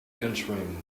entering